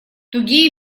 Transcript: тугие